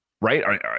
right